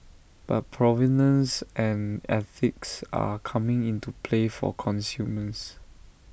but provenance and ethics are coming into play for consumers